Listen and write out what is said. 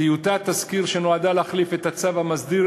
טיוטת תזכיר שנועדה להחליף את הצו המסדיר